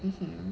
mmhmm